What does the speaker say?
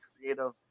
creative